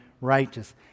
righteous